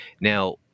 Now